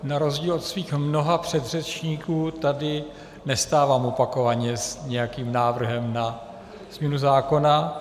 Na rozdíl od svých mnoha předřečníků tady nestávám opakovaně s nějakým návrhem na změnu zákona.